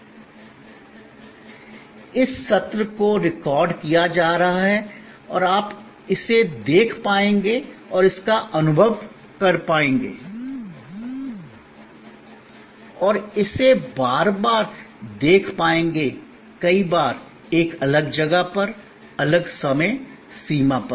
उदाहरण के लिए इस सत्र को रिकॉर्ड किया जा रहा है और आप इसे देख पाएंगे और इसका अनुभव कर पाएंगे और इसे बार बार देख पाएंगे कई बार एक अलग जगह पर अलग समय सीमा पर